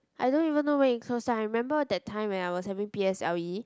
I don't even know when it close I remember that time when I was having P_S_L_E